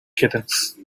kittens